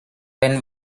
when